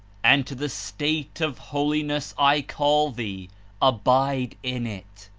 and to the state of holi ness i call thee abide in it,